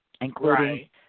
including